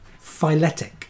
phyletic